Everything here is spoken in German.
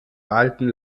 walten